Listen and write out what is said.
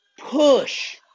Push